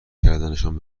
کردنشان